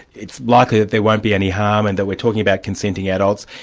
it's likely that there won't be any harm, and that we're talking about consenting adults,